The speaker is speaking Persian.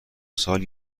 سال